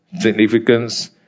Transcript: significance